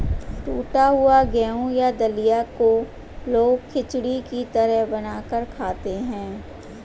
टुटा हुआ गेहूं या दलिया को लोग खिचड़ी की तरह बनाकर खाते है